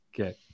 Okay